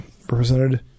represented